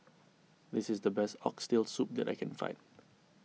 this is the best Oxtail Soup that I can find